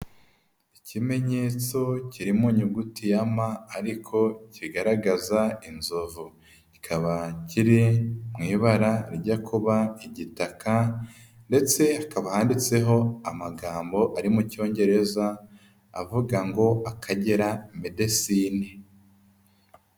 Ikimenyetso kiri mu nyuguti ya ma ariko kigaragaza inzovu. Kikaba kiri mu ibara rirya kuba igitaka, ndetse hakaba handitseho amagambo ari mu cyongereza avuga ngo AkageraMedecines.